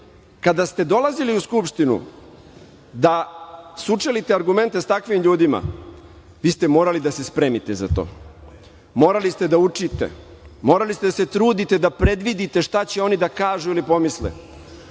Kada ste dolazili u Skupštinu da sučelite argumente sa takvim ljudima, vi ste morali da se spremite za to. Morali ste da učite, morali ste da se trudite da predvidite šta će oni da kažu ili pomisle,